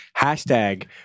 Hashtag